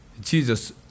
Jesus